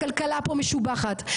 הכלכלה פה משובחת,